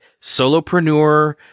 solopreneur